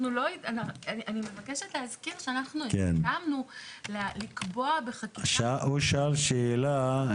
אני מבקשת להזכיר שאנחנו הסכמנו לקבוע בחקיקה את